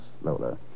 Lola